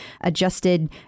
adjusted